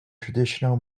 traditional